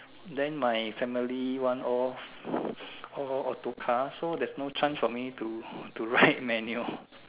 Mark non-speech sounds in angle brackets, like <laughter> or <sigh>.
then my family one all all auto car so there's no chance for me to to ride <laughs> manual